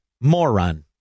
moron